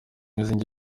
z’ingenzi